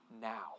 now